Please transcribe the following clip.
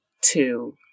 two